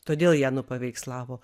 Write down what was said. todėl ją nupaveikslavo